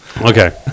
Okay